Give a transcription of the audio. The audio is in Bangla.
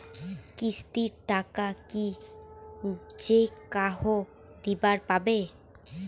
কিস্তির টাকা কি যেকাহো দিবার পাবে?